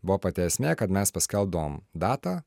buvo pati esmė kad mes paskelbdavom datą